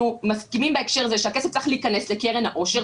מסכימים בהקשר הזה שהכסף צריך להיכנס לקרן העושר,